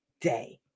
day